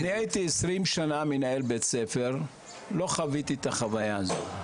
עשרים שנה הייתי מנהל בית ספר ולא חוויתי את החוויה הזו.